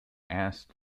asked